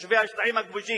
מתושבי השטחים הכבושים,